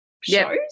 shows